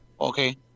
okay